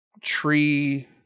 tree